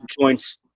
joints